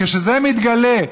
כשזה מתגלה,